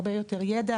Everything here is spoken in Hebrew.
הרבה יותר ידע,